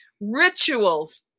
Rituals